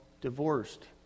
divorced